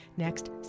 next